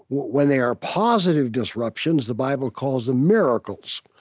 when they are positive disruptions, the bible calls them miracles.